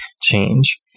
change